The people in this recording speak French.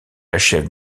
achève